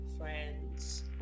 friends